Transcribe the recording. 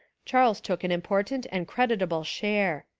charles took an important and creditable share.